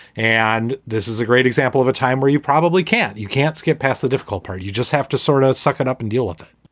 and this is a great example of a time where you probably can't you can't get past the difficult part. you just have to sort of suck it up and deal with it.